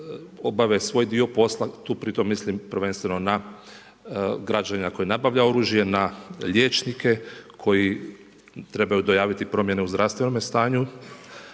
obave svoj dio posla. Tu pritom mislim prvenstveno na građanina koji nabavlja oružje, na liječnike koji trebaju dojaviti promjenu u zdravstvenome stanju